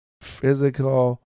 physical